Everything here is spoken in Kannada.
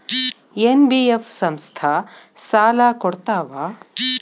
ಎನ್.ಬಿ.ಎಫ್ ಸಂಸ್ಥಾ ಸಾಲಾ ಕೊಡ್ತಾವಾ?